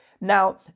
Now